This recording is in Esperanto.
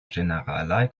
ĝeneralaj